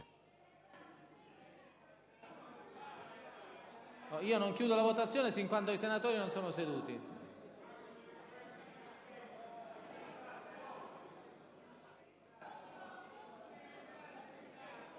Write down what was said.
Non chiudo la votazione sin quando i senatori non sono seduti.